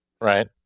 Right